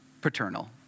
paternal